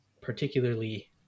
particularly